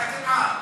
רק אתם עם?